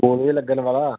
school ਵੀ ਲੱਗਣ ਵਾਲਾ